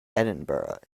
edinburgh